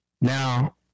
Now